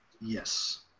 Yes